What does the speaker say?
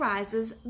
Rises